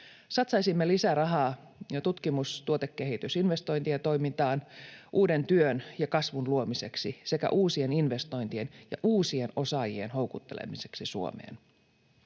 Satsaisimme lisää rahaa tutkimus-, tuotekehitys- ja innovaatiotoimintaan uuden työn ja kasvun luomiseksi sekä uusien investointien ja uusien osaajien houkuttelemiseksi Suomeen.